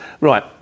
right